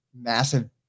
massive